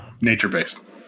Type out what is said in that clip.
nature-based